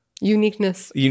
Uniqueness